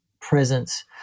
presence